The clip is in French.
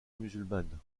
musulmane